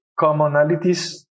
commonalities